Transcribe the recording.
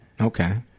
Okay